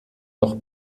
noch